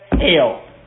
hell